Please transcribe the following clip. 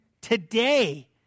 Today